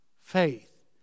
Faith